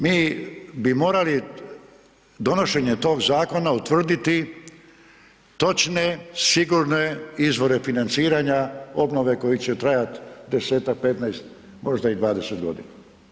Mi bi morali donošenje tog zakona utvrditi točne, sigurne izvore financiranja obnove koji će trajat 10-ak, 15, možda i 20 godina.